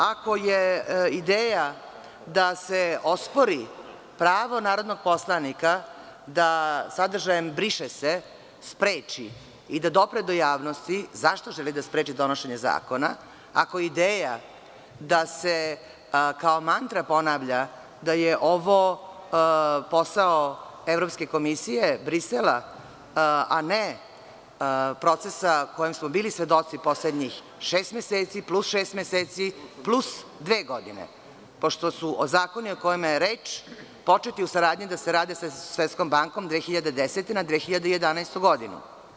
Ako je ideja da se ospori pravo narodnog poslanika da sadržajem „briše se“ spreči i da dopre do javnosti, zašto želi da spreči donošenje zakona ako ideja da se kao mantra ponavlja da je ovo posao Evropske komisije Brisela, a ne procesa kojem smo bili svedoci poslednjih šest meseci, plus šest meseci, plus dve godine, pošto su o zakoni o kojima je reč početi u saradnji da se rade sa Svetskom bankom 2010. na 2011. godinu?